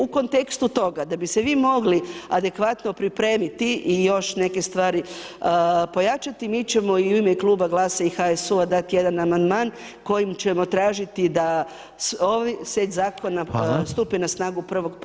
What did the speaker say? U kontekstu toga da bi se vi mogli adekvatno pripremiti i još neke stvari pojačati mi ćemo i u ime Kluba Glasa i HSU-a dat jedan amandman kojim ćemo tražiti da ovi set zakona [[Upadica: Hvala.]] stupe na snagu 1.1.2020.